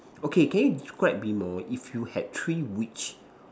okay can you describe a bit more if you had three wish